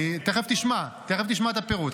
--- תכף תשמע את הפירוט.